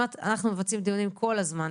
אנחנו מבצעים דיונים כל הזמן,